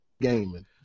Gaming